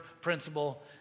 principle